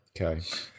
okay